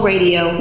radio